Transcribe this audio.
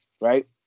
right